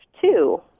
two